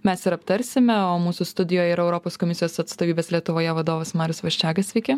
mes ir aptarsime o mūsų studijoj yra europos komisijos atstovybės lietuvoje vadovas marius vaščega sveiki